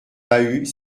bahut